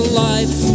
life